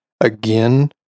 Again